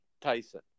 Tyson